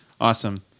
Awesome